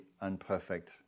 unperfect